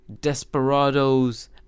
Desperados